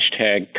hashtag